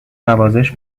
نوازش